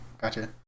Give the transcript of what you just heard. gotcha